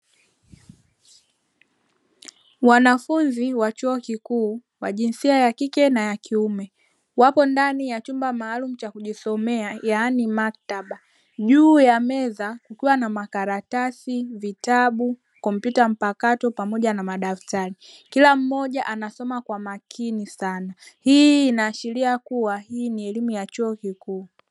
Wanafunzi wa chuo kikuu wa jinsia ya kike na ya kiume wapo ndani ya chumba maalumu cha kujisomea yaani maktaba, juu ya meza kukiwa na makaratasi, vitabu, kompyuta mpakato pamoja na madaftari kila mmoja anasoma kwa makini sana, hii inaashiria kuwa hii ni elimu ya chuo kikuu.